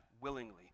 willingly